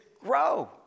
grow